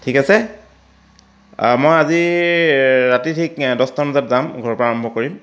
ঠিক আছে মই আজি ৰাতি ঠিক দহটামান বজাত যাম ঘৰৰ পৰা আৰম্ভ কৰিম